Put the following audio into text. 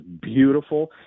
beautiful